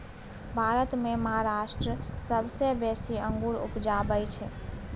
भारत मे महाराष्ट्र सबसँ बेसी अंगुर उपजाबै छै